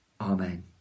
Amen